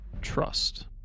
trust